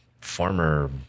former